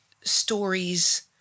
stories